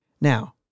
Now